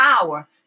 power